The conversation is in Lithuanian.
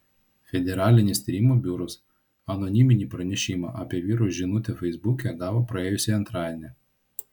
federalinis tyrimų biuras anoniminį pranešimą apie vyro žinutę feisbuke gavo praėjusį antradienį